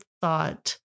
thought